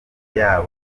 yabo